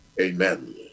Amen